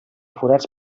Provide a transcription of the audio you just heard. forats